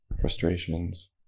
frustrations